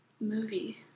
Movie